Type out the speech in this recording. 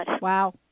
Wow